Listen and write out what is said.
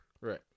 Right